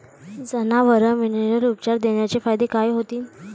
जनावराले मिनरल उपचार देण्याचे फायदे काय होतीन?